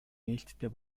нээлттэй